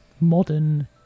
modern